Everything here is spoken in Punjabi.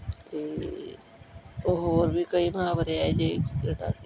ਅਤੇ ਉਹ ਹੋਰ ਵੀ ਕਈ ਮੁਹਾਵਰੇ ਅਜਿਹੇ ਕਿਹੜਾ ਸੀਗਾ